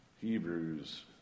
Hebrews